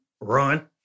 Run